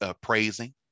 praising